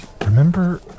remember